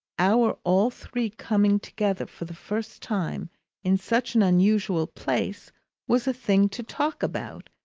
our all three coming together for the first time in such an unusual place was a thing to talk about,